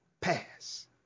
Pass